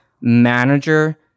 Manager